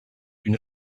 une